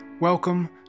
Welcome